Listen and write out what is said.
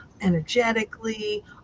energetically